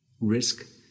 risk